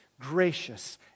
gracious